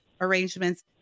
arrangements